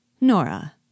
Nora